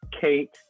Kate